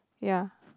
ya